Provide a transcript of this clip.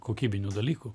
kokybinių dalykų